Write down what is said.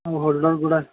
ସବୁ ହୋଲ୍ଡ଼ର୍ଗୁଡ଼ା